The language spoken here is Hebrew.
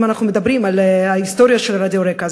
אם אנחנו מדברים על ההיסטוריה של רדיו רק"ע,